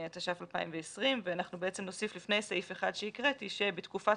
התש"ף-2020 ואנחנו בעצם נוסיף לפני סעיף 1 שהקראתי ש"בתקופת